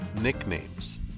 nicknames